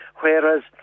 Whereas